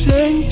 Say